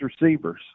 receivers